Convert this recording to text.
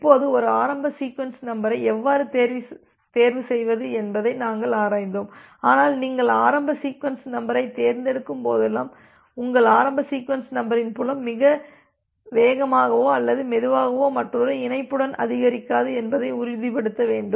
இப்போது ஒரு ஆரம்ப சீக்வென்ஸ் நம்பரை எவ்வாறு தேர்வு செய்வது என்பதை நாங்கள் ஆராய்ந்தோம் ஆனால் நீங்கள் ஆரம்ப சீக்வென்ஸ் நம்பரைத் தேர்ந்தெடுக்கும்போதெல்லாம் உங்கள் ஆரம்ப சீக்வென்ஸ் நம்பரின் புலம் மிக வேகமாகவோ அல்லது மெதுவாகவோ மற்றொரு இணைப்புடன் அதிகரிக்காது என்பதை உறுதிப்படுத்த வேண்டும்